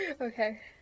Okay